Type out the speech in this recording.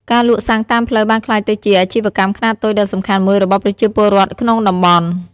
ការលក់សាំងតាមផ្លូវបានក្លាយទៅជាអាជីវកម្មខ្នាតតូចដ៏សំខាន់មួយរបស់ប្រជាពលរដ្ឋក្នុងតំបន់។